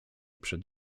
przed